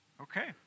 Okay